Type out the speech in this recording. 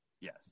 Yes